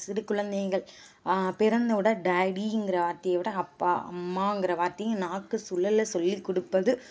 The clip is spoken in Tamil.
சிறு குழந்தைங்கள் பிறந்தவுட டேடிங்கிற வார்த்தையவிட அப்பா அம்மாங்கிற வார்த்தையும் நாக்கு சுழல சொல்லி கொடுப்பது